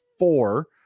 four